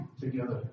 together